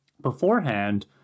beforehand